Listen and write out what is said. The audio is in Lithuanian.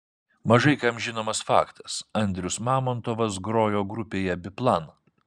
mažai kam žinomas faktas andrius mamontovas grojo grupėje biplan